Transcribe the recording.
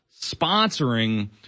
sponsoring